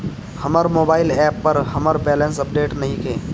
हमर mobile app पर हमर बैलेंस अपडेट नइखे